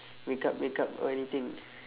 makeup makeup or anything